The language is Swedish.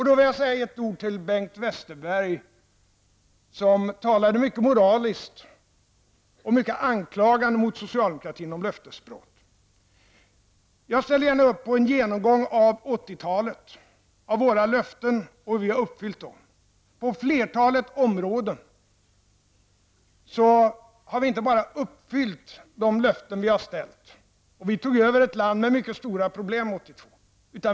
Då vill jag säga några ord till Bengt Westerberg, som talade mycket moraliskt och mycket anklagande mot socialdemokratin om löftesbrott. Jag ställer gärna upp på en genomgång av 80-talet, av våra löften och hur vi har uppfyllt dem. På flertalet områden har vi inte bara uppfyllt de löften vi har ställt -- och vi tog över ett land med mycket stora problem 1982.